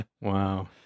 Wow